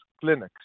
clinics